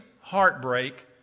heartbreak